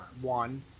One